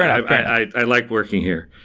i like working here.